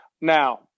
Now